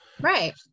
Right